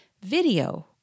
video